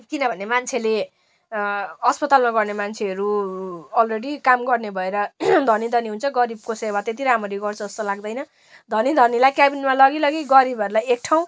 किनभने मान्छेले अस्पतालमा गर्ने मान्छेहरू अलरेडी काम गर्ने भएर धनी धनी हुन्छ गरीबको सेवा त्यति राम्ररी गर्छ जस्तो लाग्दैन धनी धनीलाई क्याबिनमा लगी लगी गरिबहरूलाई एक ठाउँ